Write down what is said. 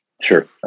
Sure